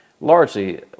Largely